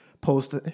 post